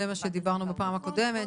זה מה שדיברנו בפעם הקודמת.